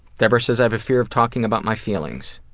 debra says i have a fear of talking about my feelings.